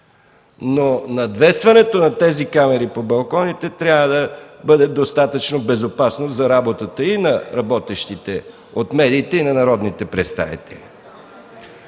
Надвесването на тези камери по балконите трябва да бъде достатъчно безопасно за работата и на работещите от медиите, и на народните представители.